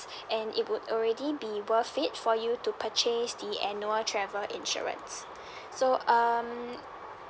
and it would already be worth it for you to purchase the annual travel insurance so um